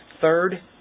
Third